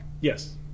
Yes